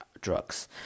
drugs